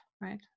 right